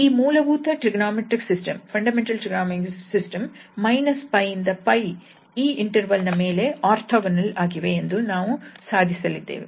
ಈ ಮೂಲಭೂತ trigonometric system −𝜋 𝜋 ಈ ಇಂಟರ್ವಲ್ ನ ಮೇಲೆ ಓರ್ಥೋಗೊನಲ್ ಆಗಿವೆ ಎಂದು ನಾವು ಸಾಧಿಸಲಿದ್ದೇವೆ